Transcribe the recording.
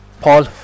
Paul